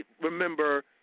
remember